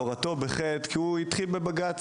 הורתו בחטא כי הוא התחיל בבג"צ,